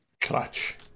Clutch